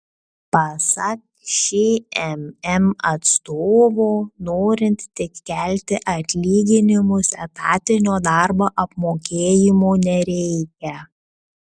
pasak šmm atstovo norint tik kelti atlyginimus etatinio darbo apmokėjimo nereikia